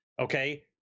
okay